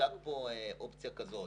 כשמוצגת פה אופציה כזאת,